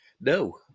No